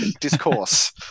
discourse